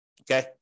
Okay